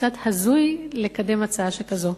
קצת הזוי לקדם הצעה שכזאת.